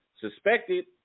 suspected